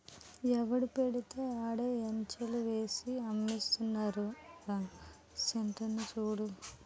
ఎవడు పెడితే ఆడే ఎంచర్లు ఏసేసి అమ్మేస్తున్నారురా సైట్లని చూడు